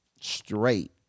straight